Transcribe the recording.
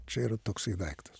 čia yra toksai daiktas